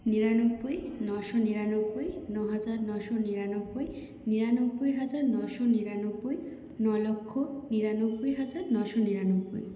নিরানব্বই নশো নিরানব্বই নহাজার নশো নিরানব্বই নিরানব্বই হাজার নশো নিরানব্বই নলক্ষ নিরানব্বই হাজার নশো নিরানব্বই